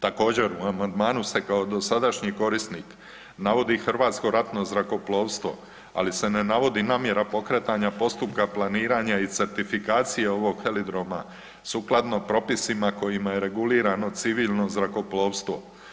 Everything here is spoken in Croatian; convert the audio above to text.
Također u amandmanu se kao dosadašnji korisnik navodi Hrvatsko ratno zrakoplovstvo, ali se ne navodi namjera pokretanja postupka planiranja i certifikacije ovog heliodroma sukladno propisima kojima je regulirano civilno zrakoplovstvo.